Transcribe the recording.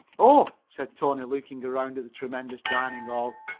oh, said tony, looking around at the tremendous dining hall,